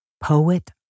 poet